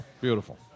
Beautiful